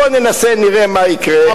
בוא ננסה, נראה מה יקרה.